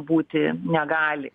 būti negali